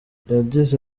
yagize